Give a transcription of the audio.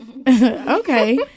Okay